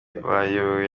bayobowe